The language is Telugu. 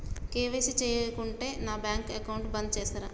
కే.వై.సీ చేయకుంటే నా బ్యాంక్ అకౌంట్ బంద్ చేస్తరా?